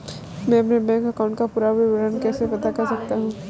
मैं अपने bank account का पूरा विवरण कैसे पता कर सकता हूँ?